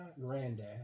granddad